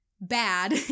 bad